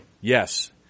Yes